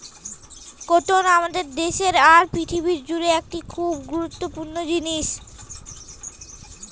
cotton আমাদের দেশে আর পৃথিবী জুড়ে একটি খুব গুরুত্বপূর্ণ জিনিস